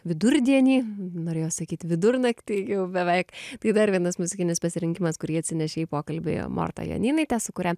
vidurdienį norėjau sakyt vidurnaktį jau beveik tai dar vienas muzikinis pasirinkimas kurį atsinešė į pokalbį morta jonynaitė su kuria